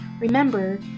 remember